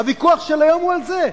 הוויכוח של היום הוא על זה,